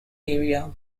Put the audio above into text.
area